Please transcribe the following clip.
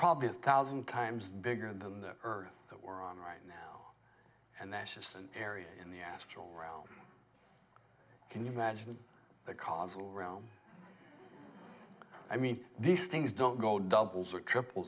probably a thousand times bigger than the earth that we're on right now and that's just an area in the astral realm can you imagine the causal room i mean these things don't go doubles or triple